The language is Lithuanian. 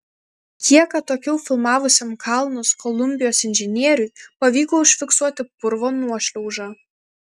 kiek atokiau filmavusiam kalnus kolumbijos inžinieriui pavyko užfiksuoti purvo nuošliaužą